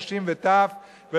נשים וטף תודה,